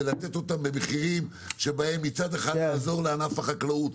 זה לתת אותם במחירים שמצד אחד זה יעזור לענף החקלאות,